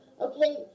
okay